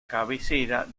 cabecera